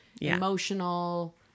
emotional